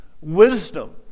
wisdom